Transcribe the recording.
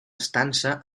estança